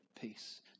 peace